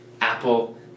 Apple